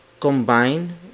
Combine